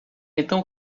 então